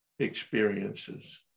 Experiences